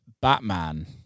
Batman